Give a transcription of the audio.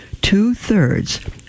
two-thirds